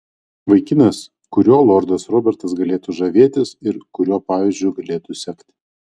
vaikinas kuriuo lordas robertas galėtų žavėtis ir kurio pavyzdžiu galėtų sekti